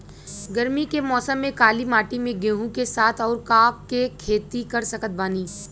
गरमी के मौसम में काली माटी में गेहूँ के साथ और का के खेती कर सकत बानी?